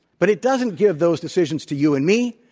but it doesn't give those decisions to you and me.